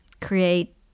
create